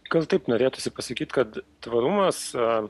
gal taip norėtųsi pasakyt kad tvarumas